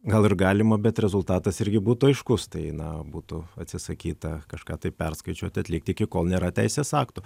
gal ir galima bet rezultatas irgi būtų aiškus tai na būtų atsisakyta kažką tai perskaičiuot atlikt iki kol nėra teisės akto